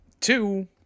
two